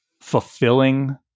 fulfilling